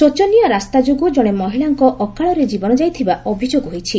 ଶୋଚନୀୟ ରାସ୍ତା ଯୋଗୁଁ ଜଶେ ମହିଳାଙ୍କ ଅକାଳରେ ଜୀବନ ଯାଇଥିବା ଅଭିଯୋଗ ହୋଇଛି